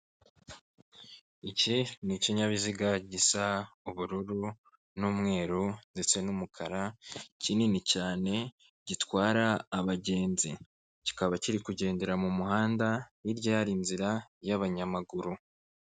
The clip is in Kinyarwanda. Iki ni ikinyabiziga gisa ubururu n'umweru ndetse n'umukara kinini cyane gitwara abagenzi, kikaba kiri kugendera mu muhanda hirya hari inzira y'abanyamaguru.